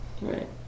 Right